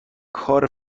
کار